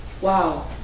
Wow